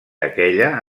aquella